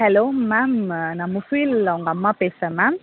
hello ma'am நான் முஃபில் அவங்க அம்மா பேசுகிறேன் மேம்